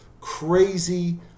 Crazy